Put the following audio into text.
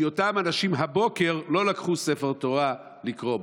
כי אותם אנשים לא לקחו הבוקר ספר תורה לקרוא בו.